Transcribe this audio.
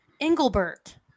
Engelbert